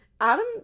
Adam